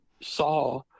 saw